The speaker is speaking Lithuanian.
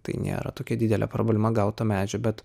tai nėra tokia didelė problema gaut to medžio bet